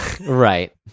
Right